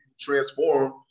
transform